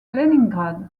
léningrad